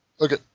Okay